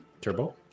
Turbo